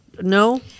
no